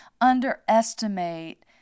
underestimate